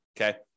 Okay